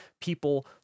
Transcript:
people